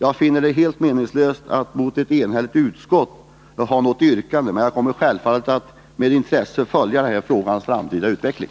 Jag finner det helt meningslöst att mot ett enhälligt utskott ha något yrkande, men jag kommer självfallet att med intresse följa den här frågans framtida utveckling.